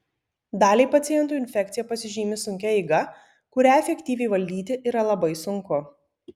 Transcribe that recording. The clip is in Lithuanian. daliai pacientų infekcija pasižymi sunkia eiga kurią efektyviai valdyti yra labai sunku